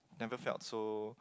never felt so